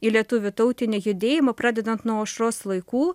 į lietuvių tautinį judėjimą pradedant nuo aušros laikų